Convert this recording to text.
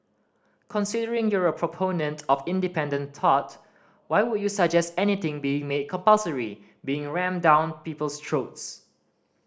considering you're a proponent of independent thought why would you suggest anything being made compulsory being rammed down people's throats